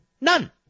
None